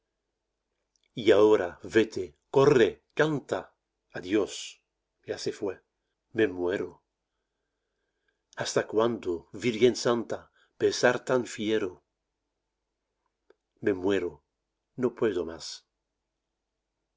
y ahora vete corre canta adiós ya se fué me muero hasta cuándo virgen santa pesar tan ñero me muero no puedo más